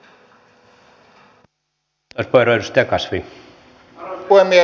arvoisa puhemies